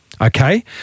Okay